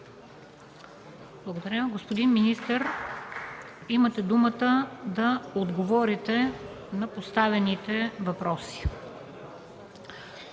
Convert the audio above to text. Благодаря. Господин министър, имате думата да отговорите на поставените въпроси.